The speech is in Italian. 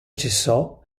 cessò